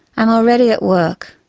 am already at work.